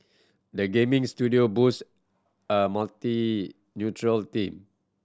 the gaming studio boast a team